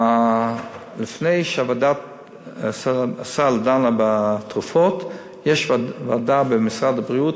לפני שוועדת הסל דנה בתרופות יש ועדה במשרד הבריאות,